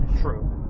True